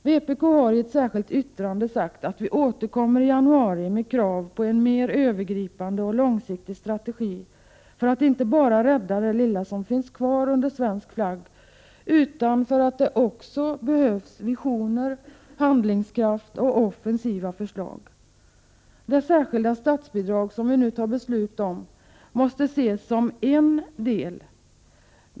Vpk har i ett särskilt yttrande sagt att vi återkommer i januari med krav på en mer övergripande och långsiktig strategi, inte bara för att vi vill rädda det lilla som finns kvar under svensk flagg, utan också för att det behövs visioner, handlingskraft och offensiva förslag. Det särskilda statsbidrag som vi nu fattar beslut om måste ses som en del.